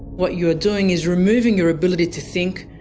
what you're doing is removing your ability to think,